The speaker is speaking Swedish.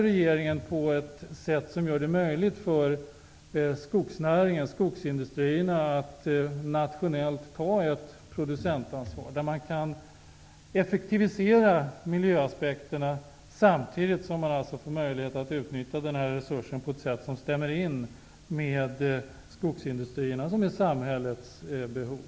Regeringen gör det möjligt för skogsindustrierna att nationellt ta ett producentansvar. Man kan effektivisera miljöaspekterna samtidigt som man får möjlighet att utnyttja denna resurs på ett sätt som stämmer med skogsindustriernas och samhällets behov.